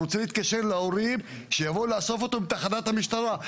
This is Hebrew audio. רוצה להתקשר להורים שיביאו לאסוף אותו מתחנת המשטרה.